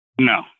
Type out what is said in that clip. No